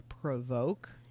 provoke